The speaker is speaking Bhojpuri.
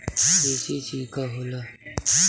के.सी.सी का होला?